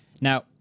Now